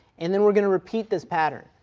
and then we're going to repeat this pattern.